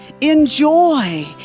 Enjoy